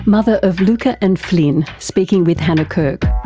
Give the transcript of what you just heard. mother of luca and flynn, speaking with hannah kirk.